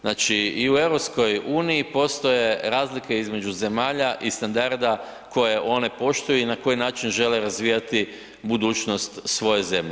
Znači i u EU postoje razlike između zemalja i standarda koje one poštuju i na koji način žele razvijati budućnost svoje zemlje.